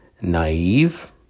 naive